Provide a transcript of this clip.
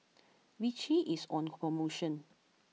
Vichy is on promotion